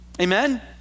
Amen